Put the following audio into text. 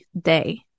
day